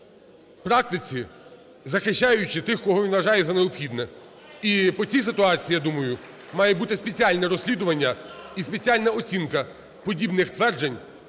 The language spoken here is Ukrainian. практиці, захищаючи тих, кого він вважає за необхідне. І по цій ситуації, я думаю, має бути спеціальне розслідування і спеціальна оцінка подібних тверджень